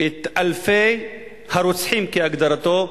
את אלפי הרוצחים, כהגדרתו,